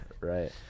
right